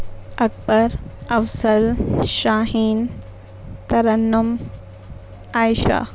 Akbar Afzal Shaheen Tarannum Aisha